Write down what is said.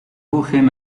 cohen